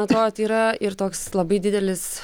atrodo tai yra ir toks labai didelis